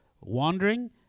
wandering